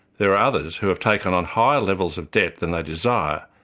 there are others who have taken on higher levels of debt than they desire,